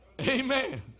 Amen